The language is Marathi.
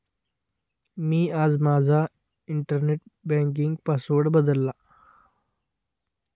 मी आज माझा इंटरनेट बँकिंग पासवर्ड बदलला आहे